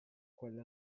quelle